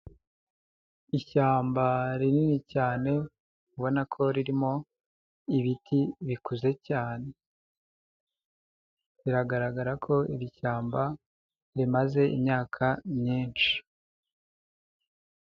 Ishyamba rinini cyane ubona ririmo ibiti bikuze cyane biragaragara ko iri shyamba rimaze imyakayinshi.